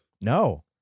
No